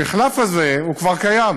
המחלף הזה כבר קיים,